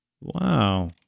Wow